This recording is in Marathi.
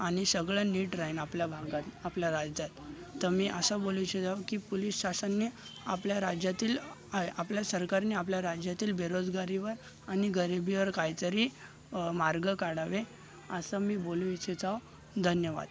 आणि सगळं नीट राहील आपल्या भागात आपल्या राज्यात तर मी असं बोलू इच्छितो की पोलिस शासनाने आपल्या राज्यातील आपल्या सरकारने आपल्या राज्यातील बेरोजगारीवर आणि गरिबीवर काहीतरी मार्ग काढावे असं मी बोलू इच्छित आहे धन्यवाद